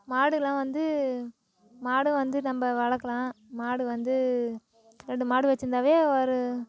மாடுலாம் வந்து மாடும் வந்து நம்ம வளர்க்கலாம் மாடு வந்து ரெண்டு மாடு வச்சிருந்தாவே ஒரு